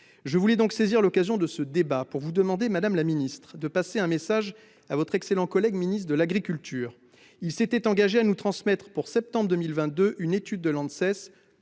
Je voulais donc saisir l'occasion de ce débat pour vous demander, madame la ministre, de passer un message à votre excellent collègue ministre de l'agriculture. Il s'était engagé à nous transmettre, pour septembre 2022, une étude de l'Agence